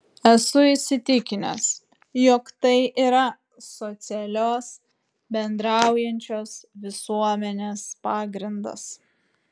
esu įsitikinęs jog tai yra socialios bendraujančios visuomenės pagrindas